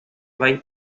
vai